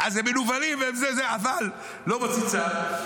אז הם מנוולים, הם זה, הם זה, אבל לא מוציא צו.